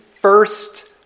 first